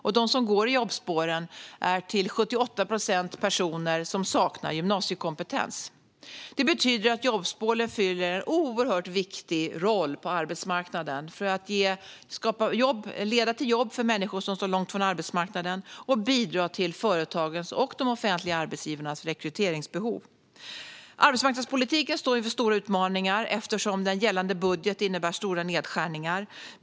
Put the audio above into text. Av dem som går i jobbspåren är 78 procent personer som saknar gymnasiekompetens. Det här betyder att jobbspåren spelar en oerhört viktig roll på arbetsmarknaden för att leda till jobb för människor som står långt ifrån arbetsmarknaden och för att bidra till företagens och de offentliga arbetsgivarnas rekryteringsbehov. Arbetsmarknadspolitiken står inför stora utmaningar eftersom den gällande budgeten innebär stora nedskärningar.